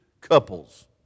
couples